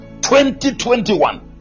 2021